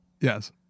Yes